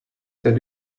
that